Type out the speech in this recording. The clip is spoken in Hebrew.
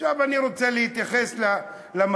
עכשיו אני רוצה להתייחס למהות.